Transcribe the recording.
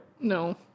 No